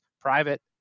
private